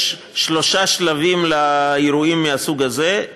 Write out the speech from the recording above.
יש שלושה שלבים לאירועים מהסוג הזה,